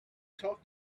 talk